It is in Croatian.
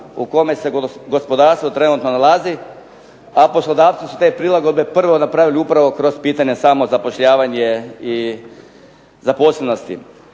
u kome se gospodarstvo trenutno nalazi, a poslodavci su te prilagodbe prvo napravili upravo kroz pitanja samozapošljavanja i zaposlenosti.